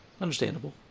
Understandable